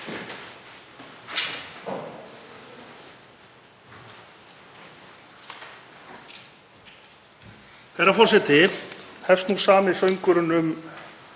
Herra forseti. Hefst nú sami söngurinn um